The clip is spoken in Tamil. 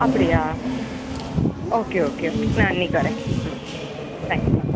அப்படியா ஓகே ஓகே ஓகே நான் இன்னிக்கு வர்றேன் தேங்க் யூ